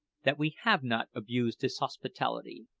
that we have not abused his hospitality,